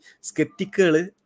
skeptical